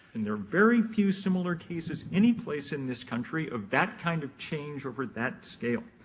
and there are very few similar cases anyplace in this country of that kind of change over that scale.